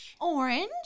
Orange